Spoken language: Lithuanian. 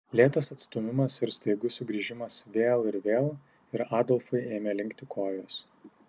lėtas atstūmimas ir staigus sugrįžimas vėl ir vėl ir adolfui ėmė linkti kojos